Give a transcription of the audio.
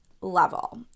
level